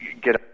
get